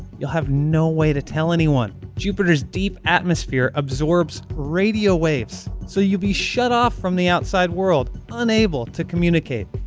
you'll have no way to tell anyone. jupiter's deep atmosphere absorbs radio waves, so you'd be shut off from the outside world, unable to communicate.